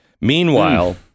Meanwhile